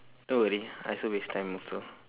don't worry I also waste time also